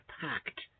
pact